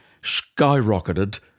skyrocketed